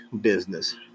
business